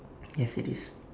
yes it is